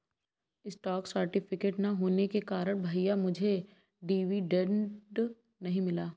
stock certificate ना होने के कारण भैया मुझे डिविडेंड नहीं मिला